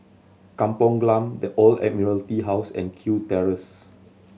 Kampong Glam The Old Admiralty House and Kew Terrace